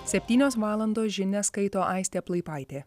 septynios valandos žinias skaito aistė plaipaitė